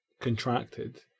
contracted